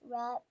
wrap